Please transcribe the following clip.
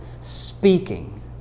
speaking